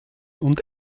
und